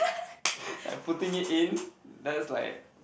like putting in that's like